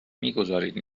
میگذارید